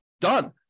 Done